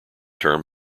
term